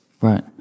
Right